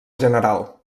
general